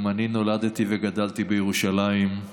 גם אני נולדתי וגדלתי בירושלים.